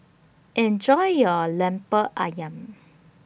Enjoy your Lemper Ayam